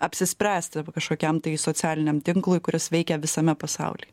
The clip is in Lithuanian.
apsispręsti arba kažkokiam tai socialiniam tinklui kuris veikia visame pasauly